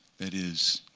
that is,